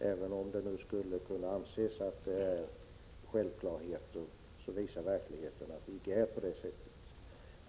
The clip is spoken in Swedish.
Även om det skulle kunna anses att det är fråga om självklarheter visar verkligheten att så inte är fallet.